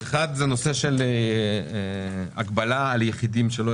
אחד זה נושא של הגבלה על יחידים שלא